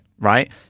right